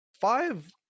five